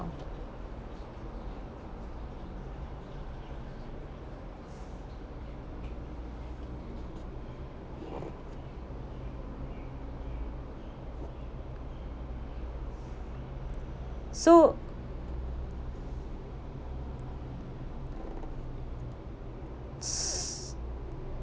so